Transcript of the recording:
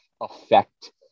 affect